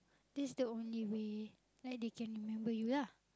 that's the only way like they can remember you lah